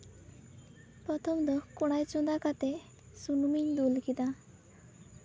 ᱯᱨᱚᱛᱷᱚᱢ ᱫᱚ ᱠᱚᱲᱟᱭ ᱪᱚᱸᱫᱟ ᱠᱟᱛᱮᱫ ᱥᱩᱱᱩᱢᱤᱧ ᱫᱩᱞ ᱠᱮᱫᱟ